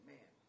Man